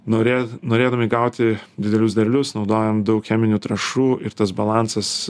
norė norėdami gauti didelius derlius naudojam daug cheminių trąšų ir tas balansas